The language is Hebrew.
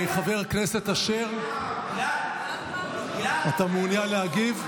חבר הכנסת אשר, אתה מעוניין להגיב?